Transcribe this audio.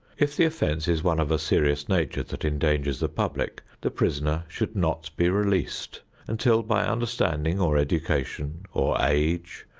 if the offense is one of a serious nature that endangers the public, the prisoner should not be released until by understanding or education, or age,